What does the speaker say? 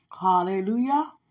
Hallelujah